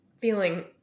feeling